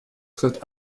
tritt